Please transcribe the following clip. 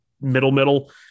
middle-middle